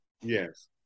Yes